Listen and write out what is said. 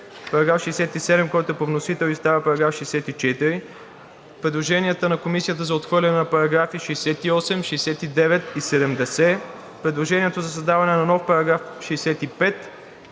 § 63; § 67, който е по вносител и става § 64; предложенията на Комисията за отхвърляне на параграфи 68, 69 и 70; предложението за създаване на нов § 65,